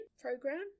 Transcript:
program